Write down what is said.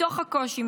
מתוך הקושי,